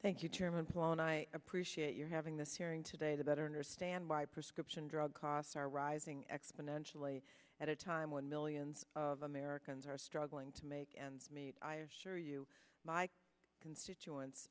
thank you chairman sloan i appreciate your having this hearing today the better understand why prescription drug costs are rising exponentially at a time when millions of americans are struggling to make ends meet i assure you my constituents